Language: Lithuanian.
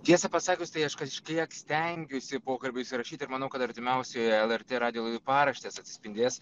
tiesa pasakius tai aš kažkiek stengiuosi pokalbių įsirašyt ir manau kad artimiausioje lrt radijo laidoj paraštės atsispindės